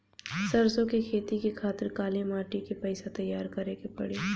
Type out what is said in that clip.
सरसो के खेती के खातिर काली माटी के कैसे तैयार करे के पड़ी?